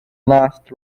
last